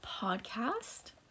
podcast